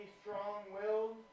strong-willed